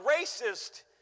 racist